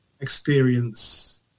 experience